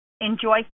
enjoy